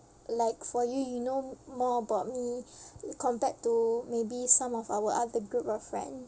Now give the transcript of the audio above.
like for you you know more about me compared to maybe some of our other group of friends